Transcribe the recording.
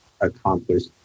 accomplished